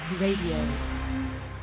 radio